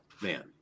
Man